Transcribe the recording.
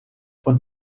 und